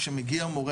כשמגיע מורה,